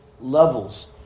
levels